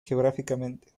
geográficamente